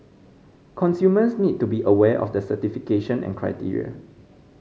consumers need to be aware of the certification and criteria